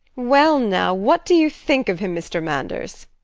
well now, what do you think of him, mr. manders?